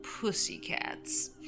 Pussycats